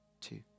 two